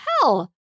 hell